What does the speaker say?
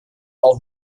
auch